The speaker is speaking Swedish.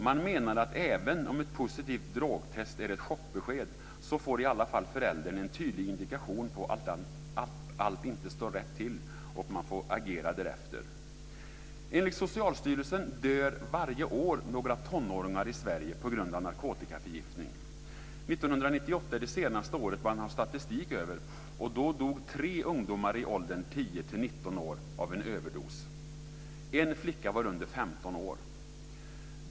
Man menar att även om ett positivt drogtest är ett chockbesked, får i alla fall föräldern en tydlig indikation på att allt inte står rätt till och får agera därefter. Enligt Socialstyrelsen dör varje år några tonåringar i Sverige på grund av narkotikaförgiftning. Det senaste året man har statistik för är 1998. Då dog tre ungdomar i åldern 10-19 år av en överdos. En flicka var under 15 år.